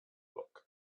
book